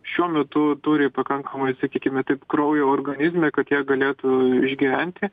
šiuo metu turi pakankamai sakykime taip kraujo organizme kad jie galėtų išgyventi